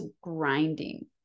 grinding